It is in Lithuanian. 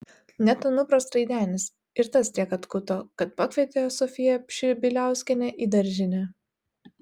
net anupras traidenis ir tas tiek atkuto kad pakvietė sofiją pšibiliauskienę į daržinę